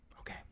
Okay